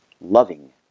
loving